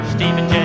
Stephen